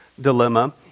dilemma